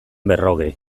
berrogei